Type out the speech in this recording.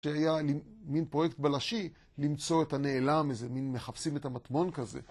שהיה מין פרויקט בלשי למצוא את הנעלם, איזה מין מחפשים את המטמון כזה.